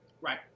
Right